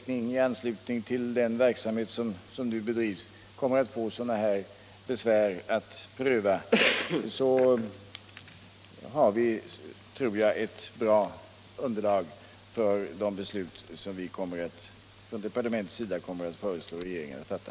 När vi, i anslutning till den verksamhet som nu bedrivs, i allt större utsträckning får sådana här besvär att pröva tror jag därför, som jag nyss sade, att vi har ett bra underlag för de beslut som departementet kommer att föreslå regeringen att fatta.